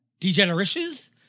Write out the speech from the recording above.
Degenerishes